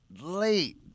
late